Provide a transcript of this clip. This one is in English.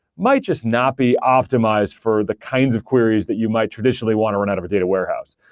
might just not be optimized for the kinds of queries that you might traditionally want to run out of a data warehouse.